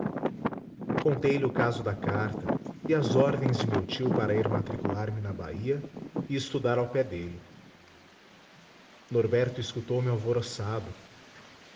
comigo contei-lhe o caso da carta e as ordens de meu tio para ir matricular me na bahia e estudar ao pé dele norberto escutou me alvoroçado